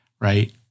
right